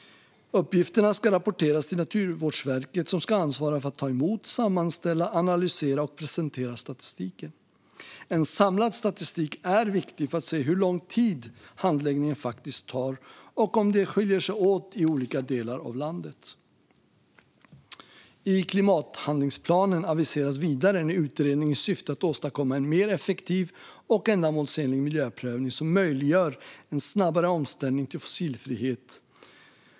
Uppgifterna ska rapporteras till Naturvårdsverket, som ska ansvara för att ta emot, sammanställa, analysera och presentera statistiken. En samlad statistik är viktig för att se hur lång tid handläggningen faktiskt tar och om det skiljer sig åt i olika delar av landet. I klimathandlingsplanen aviseras vidare en utredning i syfte att åstadkomma en mer effektiv och ändamålsenlig miljöprövning som möjliggör en snabbare omställning till fossilfrihet.